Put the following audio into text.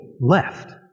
left